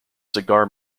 cigar